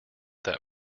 that